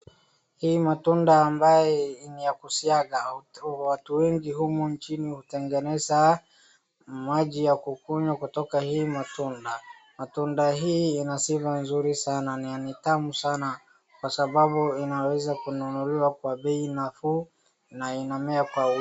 Hii matunda ambaye ni ya kusiaga. Watu wengi humu nchini hutengeneza maji ya kukunywa kutoka hii matunda. Matunda hii ina sifa nzuri sana na ni tamu sana kwa sababu inaweza kununuliwa kwa bei nafuu na inamea kwa wingi.